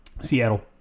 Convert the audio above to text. Seattle